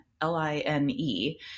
L-I-N-E